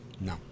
No